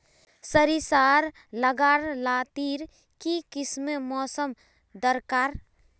सरिसार ला गार लात्तिर की किसम मौसम दरकार?